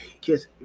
kiss